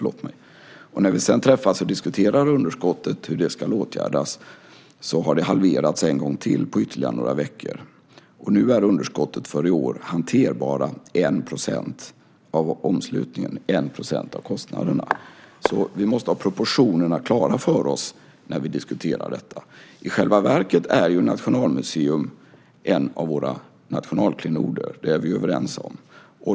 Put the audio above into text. När vi sedan träffades och diskuterade underskottet och hur det skulle åtgärdas hade det halverats en gång till på ytterligare några veckor. Nu är underskottet för i år hanterbara 1 % av omslutningen - 1 % av kostnaderna. Vi måste ha proportionerna klara för oss när vi diskuterar detta. I själva verket är Nationalmuseum en av våra nationalklenoder. Det är vi överens om.